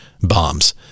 bombs